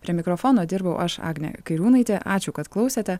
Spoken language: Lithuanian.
prie mikrofono dirbau aš agnė kairiūnaitė ačiū kad klausėte